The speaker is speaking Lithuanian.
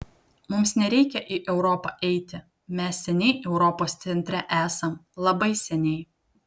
mums nereikia į europą eiti mes seniai europos centre esam labai seniai